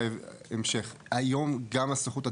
היום גם הסוכנות,